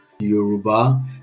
Yoruba